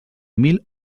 mil